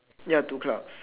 ya two clouds